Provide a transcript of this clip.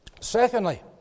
Secondly